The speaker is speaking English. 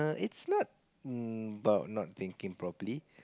it's not hm about not thinking properly